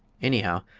anyhow,